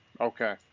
Okay